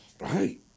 Right